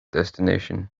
destination